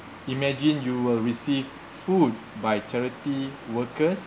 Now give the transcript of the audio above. imagine you will receive food by charity workers